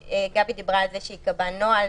גבי דיברה על זה שהיא קבעה נוהל,